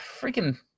Freaking